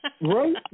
Right